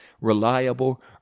reliable